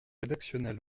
rédactionnels